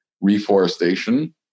reforestation